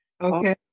okay